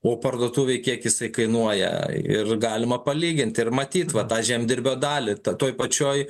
o parduotuvėj kiek jisai kainuoja ir galima palyginti ir matyt va tą žemdirbio dalį tą toj pačioj